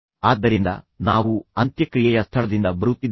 ಆದ್ದರಿಂದ ನಾವು ಕೇವಲ ಅಂತ್ಯಕ್ರಿಯೆಯ ಸ್ಥಳದಿಂದ ಬರುತ್ತಿದ್ದೇವೆ